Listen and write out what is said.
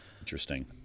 interesting